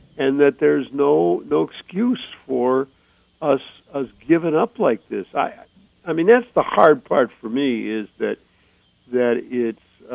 and that there's no no excuse for us us giving up like this. i ah i mean, that's the hard part for me, is that that it's